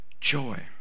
joy